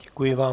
Děkuji vám.